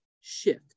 shift